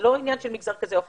זה לא עניין של מגזר כזה או אחר.